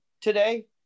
today